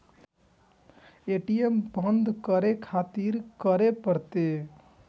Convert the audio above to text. ATM बंद करें खातिर की करें परतें?